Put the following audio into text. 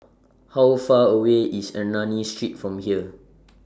How Far away IS Ernani Street from here